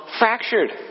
fractured